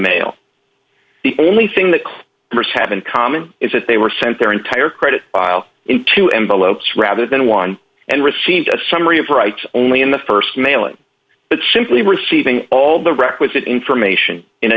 mail the only thing that could have been common is that they were sent their entire credit file into envelopes rather than one and received a summary of rights only in the st mailing but simply receiving all the requisite information in a